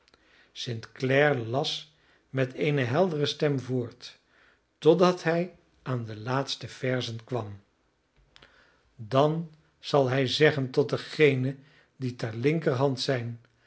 st clare las met eene heldere stem voort totdat hij aan de laatste verzen kwam dan zal hij zeggen tot degenen die ter linkerhand zijn